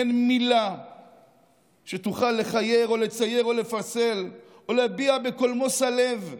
אין מילה שתוכל לכייר או לצייר או לפסל או להביע בקולמוס הלב,